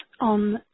on